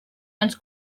ens